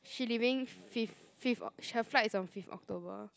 she leaving fifth fifth Oc~ her flight is on fifth October